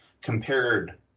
compared